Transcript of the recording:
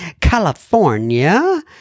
California